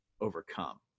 overcome